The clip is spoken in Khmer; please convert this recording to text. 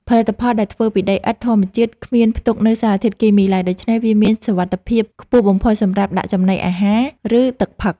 ផលិតផលដែលធ្វើពីដីឥដ្ឋធម្មជាតិគ្មានផ្ទុកនូវសារធាតុគីមីឡើយ ដូច្នេះ វាមានសុវត្ថិភាពខ្ពស់បំផុតសម្រាប់ដាក់ចំណីអាហារ ឬ ទឹកផឹក។